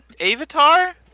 Avatar